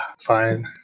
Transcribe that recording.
Fine